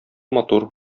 матур